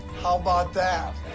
how about that?